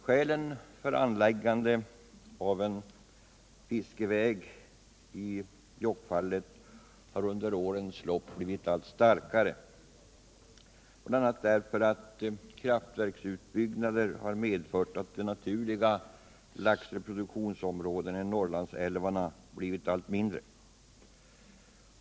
Skälen för anläggandet av en fiskväg i Jokkfallet har under årens lopp blivit allt starkare, bl.a. därför att kraftverksbyggande har medfört att de naturliga laxreproduktionsområdena i Norrlandsälvarna blivit allt mindre.